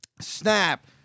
Snap